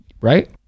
right